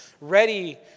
ready